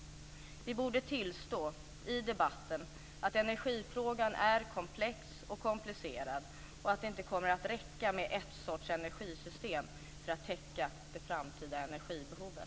Vi borde tillstå i debatten att energifrågan är komplex och komplicerad och att det inte kommer att räcka med ett sorts energisystem för att täcka det framtida energibehovet.